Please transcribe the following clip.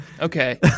Okay